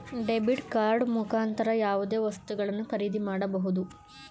debit card ಮುಖಾಂತರ ಯಾವುದೇ ವಸ್ತುಗಳನ್ನು ಖರೀದಿ ಮಾಡಬಹುದು